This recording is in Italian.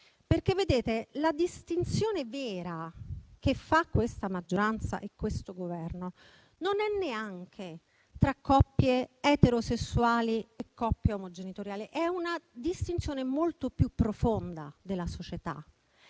io il motivo. La distinzione vera che fa questa maggioranza e questo Governo non è neanche tra coppie eterosessuali e omogenitoriali, ma è una distinzione molto più profonda della società,